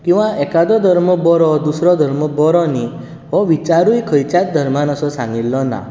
किंवा एखादो धर्म बरो दुसरो धर्म बरो न्ही हो विचारूय खंयच्याच धर्मांत असो सांगिल्लो ना